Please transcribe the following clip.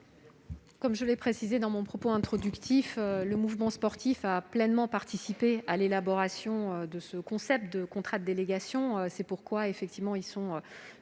Comme je l'ai précisé dans mon propos introductif, le mouvement sportif a pleinement participé à l'élaboration du concept de contrats de délégation. C'est pourquoi il consent à ce